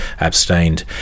abstained